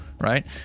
right